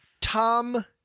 Tom